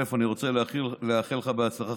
אני רוצה לאחל לך בהצלחה,